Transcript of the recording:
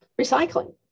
recycling